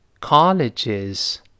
colleges